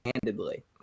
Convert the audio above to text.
handedly